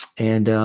and